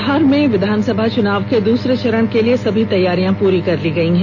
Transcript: बिहार में विधानसभा चुनाव के दूसरे चरण के लिए सभी तैयारियां पूरी कर ली गई हैं